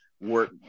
Work